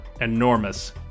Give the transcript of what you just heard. enormous